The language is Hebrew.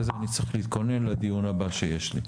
זה אני צריך להתכונן לדיון הבא שיש לי,